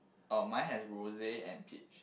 oh my has rose and peach